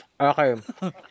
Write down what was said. Okay